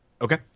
Okay